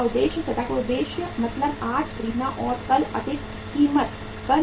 सट्टा उद्देश्य का मतलब आज खरीदना और कल अधिक कीमत पर बेचना है